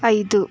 ಐದು